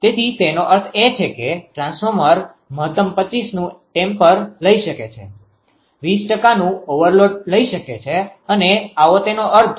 તેથી તેનો અર્થ એ છે કે ટ્રાન્સફોર્મર મહત્તમ 25નુ ટેમ્પર લઈ શકે છે 20નુ ઓવરલોડ લઇ શકે છે અને આવો તેનો અર્થ છે